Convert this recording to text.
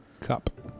cup